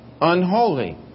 unholy